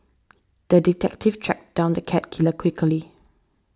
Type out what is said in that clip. the detective tracked down the cat killer quickly